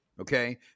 Okay